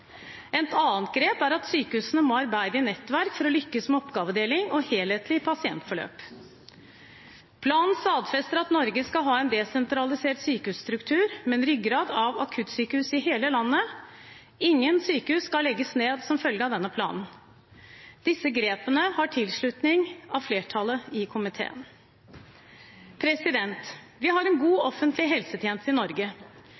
Et annet grep er at sykehusene må arbeide i nettverk for å lykkes med oppgavedeling og helhetlig pasientforløp. Planen stadfester at Norge skal ha en desentralisert sykehusstruktur med en ryggrad av akuttsykehus i hele landet, og ingen sykehus skal legges ned som følge av denne planen. Disse grepene har tilslutning av flertallet i komiteen. Vi har en god